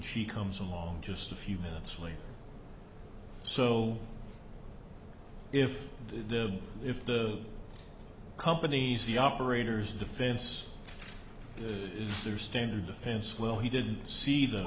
she comes along just a few minutes later so if the if the company's the operators defense is their standard defense well he didn't see th